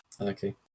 Okay